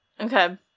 Okay